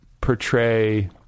portray